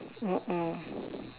mm mm